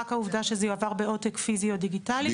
רק העובדה שזה יועבר בעותק פיזי או דיגיטלי?